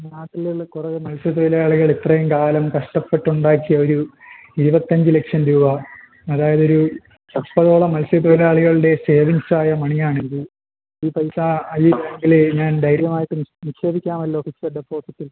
നാട്ടിൽ ഉള്ള കുറേ മത്സ്യ തൊഴിലാളികൾ ഇത്രയും കാലം കഷ്ടപ്പെട്ട് ഉണ്ടാക്കിയ ഒരു ഇരുപത്തഞ്ച് ലക്ഷം രൂപ അതയാത് ഒരു മുപ്പതോളം മത്സ്യ തൊഴിലാളികളുടെ സേവിങ്ങ്സ് ആയ മണി ആണിത് ഈ പൈസ ഈ ബാങ്കിൽ ഞാൻ ധൈര്യമായിട്ട് നിക്ഷേപിക്കാമല്ലോ ഫിക്സഡ് ഡെപ്പോസിറ്റിൽ